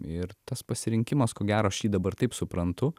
ir tas pasirinkimas ko gero aš jį dabar taip suprantu